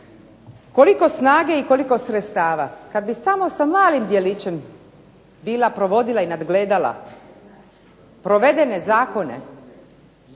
Koliko snage i koliko sredstava, kad bi samo sa malim djelićem bila provodila i nadgledala provedene zakone,